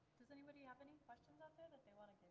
does anybody have any questions out there that they wanna